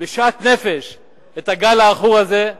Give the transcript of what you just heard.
בשאט נפש את הגל העכור הזה.